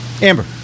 Amber